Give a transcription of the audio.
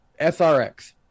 srx